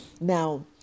now